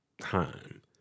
time